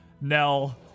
Nell